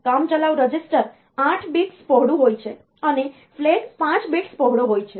કામચલાઉ register 8 bits પહોળું છે અને ફ્લેગ 5 bits પહોળો છે